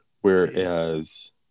Whereas